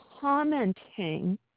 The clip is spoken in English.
commenting